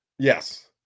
Yes